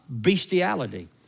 bestiality